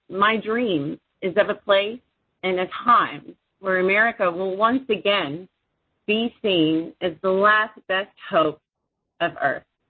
my dream is of a place and a time where america will once again be seen as the last best hope of earth.